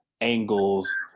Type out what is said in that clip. angles